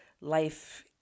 Life